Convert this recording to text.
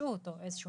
בנגישות או איזושהו